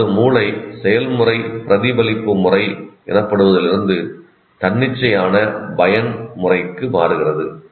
அதாவது மூளை செயல்முறை பிரதிபலிப்பு முறை எனப்படுவதிலிருந்து தன்னிச்சையான பயன்முறைக்கு மாறுகிறது